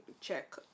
check